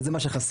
וזה מה שחסר.